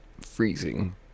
Freezing